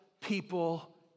people